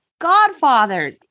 Godfather